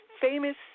famous